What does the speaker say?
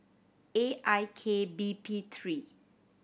A I K B P three